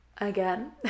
again